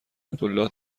عبدالله